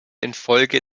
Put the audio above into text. infolge